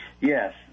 Yes